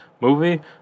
movie